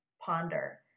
ponder